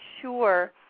sure